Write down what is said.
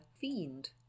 fiend